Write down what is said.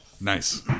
Nice